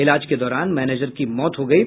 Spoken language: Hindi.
इलाज के दौरान मैनेजर की मौत हो गयी